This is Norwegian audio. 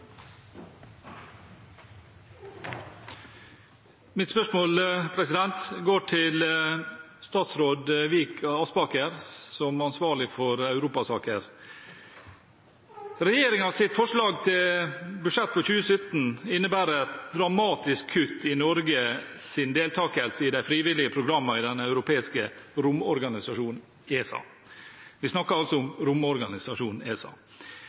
ansvarlig for europasaker. Regjeringens forslag til budsjett for 2017 innebærer et dramatisk kutt i Norges deltakelse i de frivillige programmene i Den europeiske romfartsorganisasjon, ESA – vi snakker altså om romfartsorganisasjonen ESA.